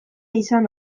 izan